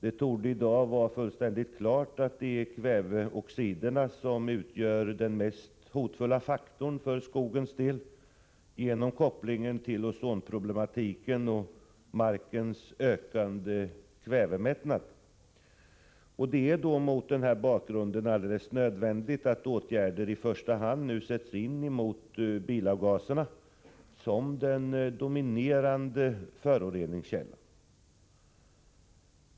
Det torde i dag vara fullständigt klart att det är kväveoxiderna som är den mest hotfulla faktorn för skogens del, genom kopplingen till ozonproblematiken och markens ökande kvävemättnad. Det är mot den bakgrunden alldeles nödvändigt att åtgärder i första hand sätts in mot bilavgaserna, som är den dominerande föroreningskällan.